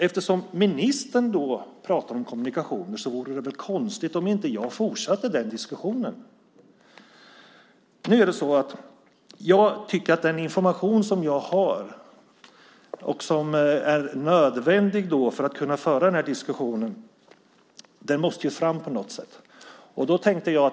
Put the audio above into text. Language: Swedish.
Eftersom ministern pratar om kommunikationer vore det konstigt om inte jag fortsatte den diskussionen. Jag tycker att den information som jag har och som är nödvändig för att kunna föra den här diskussionen måste fram på något sätt.